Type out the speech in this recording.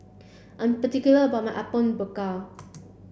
I'm particular about my Apom Berkuah